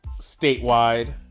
statewide